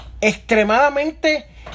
extremadamente